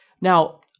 Now